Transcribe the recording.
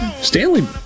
Stanley